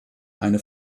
eine